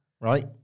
right